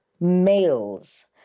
males